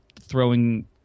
throwing